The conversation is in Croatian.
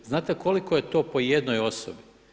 Znate koliko je to po jednoj osobi?